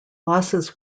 losses